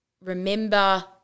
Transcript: remember